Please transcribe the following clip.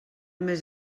més